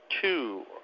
two